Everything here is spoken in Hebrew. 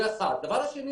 דבר שני,